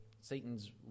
Satan's